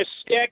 stick